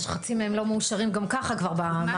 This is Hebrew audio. שחצי מהם כבר לא מאושרים גם ככה במערכת,